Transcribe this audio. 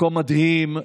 מקום מדהים,